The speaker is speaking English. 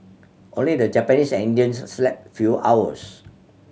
only the Japanese and Indians slept fewer hours